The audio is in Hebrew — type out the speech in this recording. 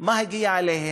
מה הגיע אליהם,